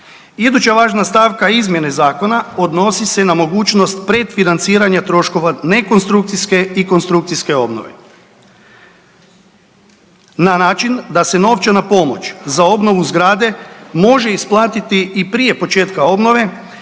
Iduća važna stavka izmjene zakona odnosi se na mogućnost predfinanciranja troškova ne konstrukcijske i konstrukcijske obnove na način da se novčana pomoć za obnovu zgrade može isplatiti i prije početka obnove